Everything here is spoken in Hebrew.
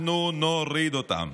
אנחנו נוריד אותו".